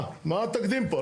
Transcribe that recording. מה, מה התקדים פה?